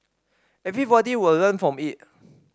everybody will learn from it